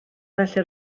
felly